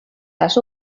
les